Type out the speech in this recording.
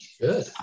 Good